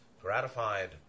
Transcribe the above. gratified